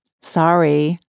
Sorry